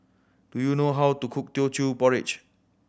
do you know how to cook Teochew Porridge